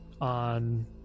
on